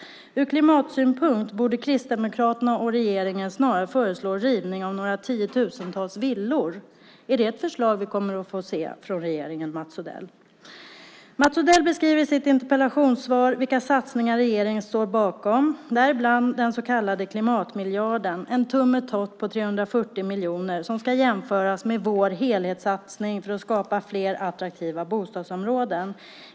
Ur klimatsynpunkt borde Kristdemokraterna och regeringen snarare föreslå en rivning av något tiotusental villor. Är det ett förslag vi kommer att få se från regeringen, Mats Odell? Mats Odell beskriver i sitt interpellationssvar vilka satsningar regeringen står bakom, däribland den så kallade klimatmiljarden - en tummetott på 340 miljoner som ska jämföras med vår helhetssatsning för att skapa fler attraktiva bostadsområden.